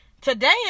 today